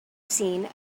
seen